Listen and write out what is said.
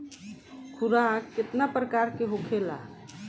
खुराक केतना प्रकार के होखेला?